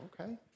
okay